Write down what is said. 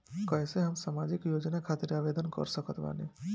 कैसे हम सामाजिक योजना खातिर आवेदन कर सकत बानी?